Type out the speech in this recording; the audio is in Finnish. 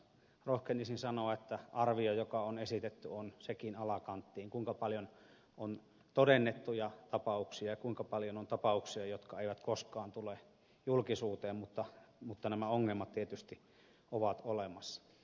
rohkenisin sanoa että arvio joka on esitetty siitä kuinka paljon on todennettuja tapauksia ja kuinka paljon on tapauksia jotka eivät koskaan tule julkisuuteen on sekin alakanttiin mutta nämä ongelmat tietysti ovat olemassa